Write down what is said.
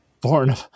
born